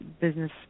business